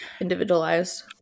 individualized